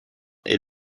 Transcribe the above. est